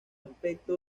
aspecto